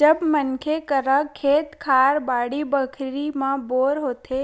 जब मनखे करा खेत खार, बाड़ी बखरी म बोर होथे,